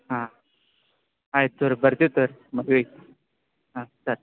ಹಾಂ ಆಯ್ತು ತೊಗೋರಿ ಬರ್ತೀವಿ ತೊಗೋರಿ ಮದ್ವೆಗೆ ಹಾಂ ಸರಿ